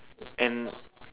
and